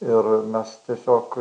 ir mes tiesiog